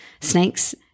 Snakes